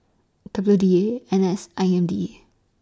W D A N S and I M D A